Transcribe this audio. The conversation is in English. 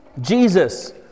Jesus